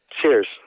Cheers